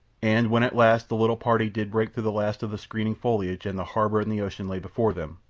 and when at last the little party did break through the last of the screening foliage, and the harbour and the ocean lay before them,